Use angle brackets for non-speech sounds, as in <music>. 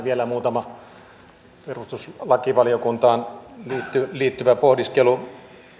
<unintelligible> vielä muutama perustuslakivaliokuntaan liittyvä pohdiskelu